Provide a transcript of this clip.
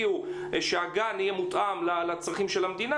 שהגן יהיה מותאם לצרכים של המדינה.